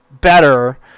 better